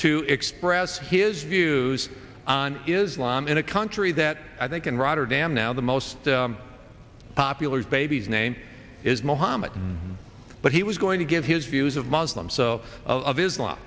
to express his views on islam in a country that i think in rotterdam now the most popular baby's name is mohammed but he was going to give his views of muslim so of islam